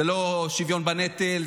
זה לא שוויון בנטל,